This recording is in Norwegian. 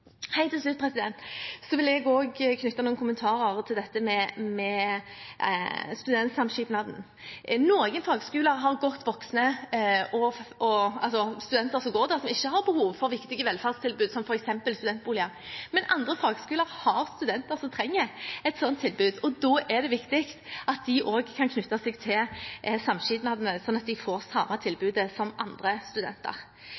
Helt til slutt vil jeg også knytte noen kommentarer til dette med studentsamskipnadene. Noen fagskoler har studenter som går der, som ikke har behov for viktige velferdstilbud, som f.eks. studentboliger, men andre fagskoler har studenter som trenger et slikt tilbud. Da er det viktig at de også kan knytte seg til samskipnadene, slik at de får det samme